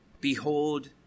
Behold